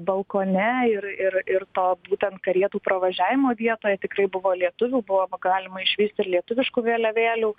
balkone ir ir to būtent karietų pravažiavimo vietoje tikrai buvo lietuvių buvo galima išvysti ir lietuviškų vėliavėlių